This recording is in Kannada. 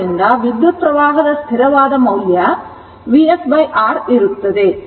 ಆದ್ದರಿಂದ ವಿದ್ಯುತ್ಪ್ರವಾಹದ ಸ್ಥಿರವಾದ ಮೌಲ್ಯ Vs R ಗೆ ಇರುತ್ತದೆ